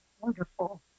wonderful